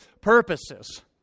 purposes